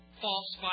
false